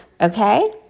okay